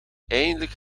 eindelijk